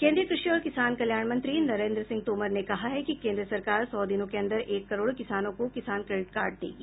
केन्द्रीय कृषि और किसान कल्याण मंत्री नरेन्द्र सिंह तोमर ने कहा है कि केन्द्र सरकार सौ दिनों के अंदर एक करोड़ किसानों को किसान क्रेडिट कार्ड देगी